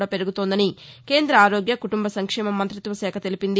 కూడా పెరుగుతోందని కేంద్ర ఆరోగ్య కుటుంబ సంక్షేమ మంతిత్వ శాఖ పేర్కొంది